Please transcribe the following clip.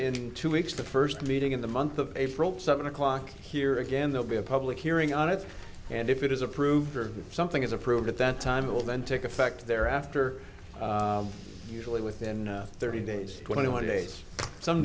in two weeks the first meeting of the month of april seven o'clock here again they'll be a public hearing on it and if it is approved or if something is approved at that time it will then take effect there after usually within thirty days twenty one days some